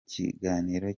kiganiro